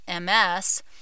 MS